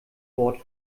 wort